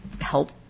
help